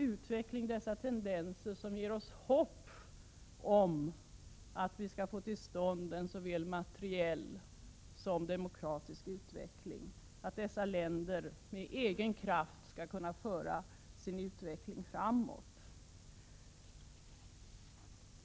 Det är dessa tendenser som ger oss hopp om att vi skall få till stånd en såväl materiell som demokratisk utveckling och att dessa länder med egen kraft skall kunna föra sin utveckling framåt.